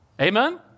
Amen